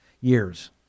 years